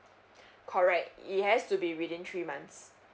correct it has to be within three months